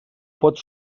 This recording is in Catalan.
pot